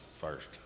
first